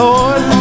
Lord